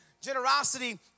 generosity